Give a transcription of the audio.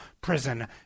prison